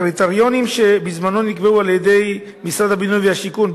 והקריטריונים שבזמנו נקבעו על-ידי משרד הבינוי והשיכון,